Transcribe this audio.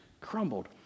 crumbled